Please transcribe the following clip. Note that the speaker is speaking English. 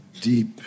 deep